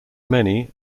many